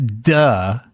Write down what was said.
Duh